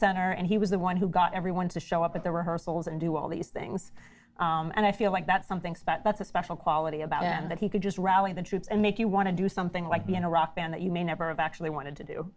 center and he was the one who got everyone to show up at the rehearsals and do all these things and i feel like that's something that's a special quality about him that he could just rally the troops and make you want to do something like be in a rock band that you may never have actually wanted to do